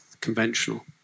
conventional